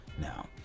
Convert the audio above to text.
now